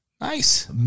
Nice